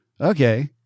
Okay